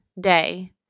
day